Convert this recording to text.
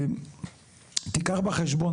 תיקח בחשבון,